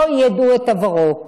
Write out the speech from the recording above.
לא ידעו את עברו.